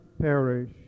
perish